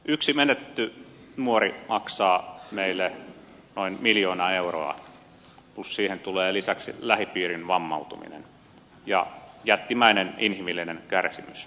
yksi menetetty nuori maksaa meille noin miljoona euroa plus että siihen tulee lisäksi lähipiirin vammautuminen ja jättimäinen inhimillinen kärsimys